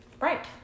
right